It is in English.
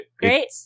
Great